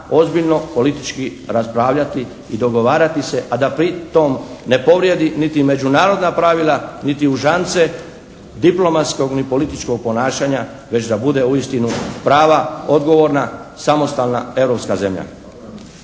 ozbiljno politički raspravljati i dogovarati se, a da pri tom ne povrijedi niti međunarodna pravila niti užance diplomatskog ni političkog ponašanja već da bude uistinu prava, odgovorna, samostalna europska zemlja.